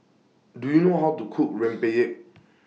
Do YOU know How to Cook Rempeyek